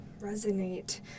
resonate